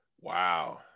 Wow